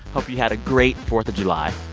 hope you had a great fourth of july.